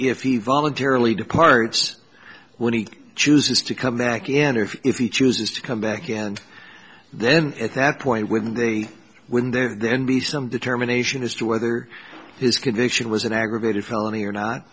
if he voluntarily departs when he chooses to come back again or if he chooses to come back and then at that point when they win there then be some determination as to whether his conviction was an aggravated felony or not